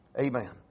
Amen